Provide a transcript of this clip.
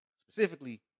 Specifically